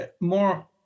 more